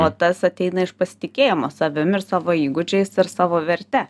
o tas ateina iš pasitikėjimo savim ir savo įgūdžiais ir savo verte